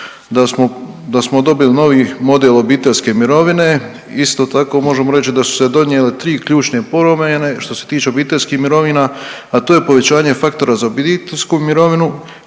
da smo dobili novi model obiteljske mirovine. Isto tako možemo reć da su se donijele tri ključne promjene što se tiče obiteljskih mirovina, a to je povećanje faktora za obiteljsku mirovinu,